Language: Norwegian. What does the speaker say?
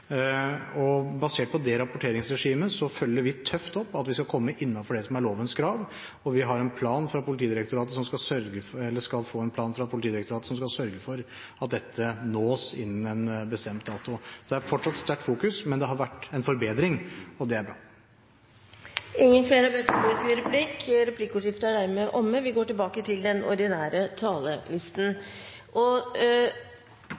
Basert på det rapporteringsregimet, følger vi tøft opp at vi skal komme innenfor det som er lovens krav. Og vi skal få en plan fra Politidirektoratet som skal sørge for at dette nås innen en bestemt dato. Det er fortsatt sterk fokusering, men det har vært en forbedring, og det er bra. Replikkordskiftet er omme. Flere har ikke bedt om ordet til sak nr. 8. Det er